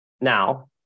Now